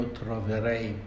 troverei